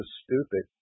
stupid